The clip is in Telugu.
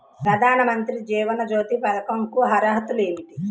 ప్రధాన మంత్రి జీవన జ్యోతి పథకంకు అర్హతలు ఏమిటి?